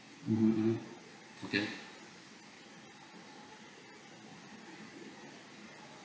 mm mm okay